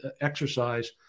exercise